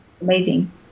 amazing